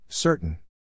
Certain